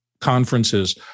conferences